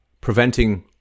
preventing